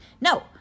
No